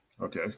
okay